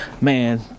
Man